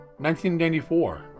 1994